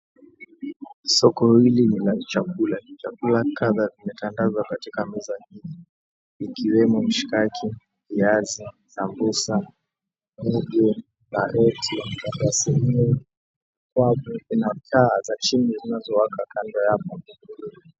Soko hili ni la chakula, chakula kadha kimetandazwa katika meza hii ikiwemo mishikaki, viazi, sambusa, pojo, karoti na kuna taa za chini zinazowaka kando hapo.